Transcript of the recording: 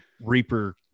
Reaper